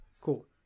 Cool